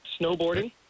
Snowboarding